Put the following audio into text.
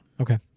Okay